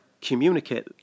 communicate